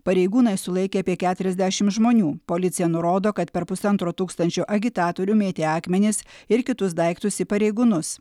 pareigūnai sulaikė apie keturiasdešimt žmonių policija nurodo kad per pusantro tūkstančio agitatorių mėtė akmenis ir kitus daiktus į pareigūnus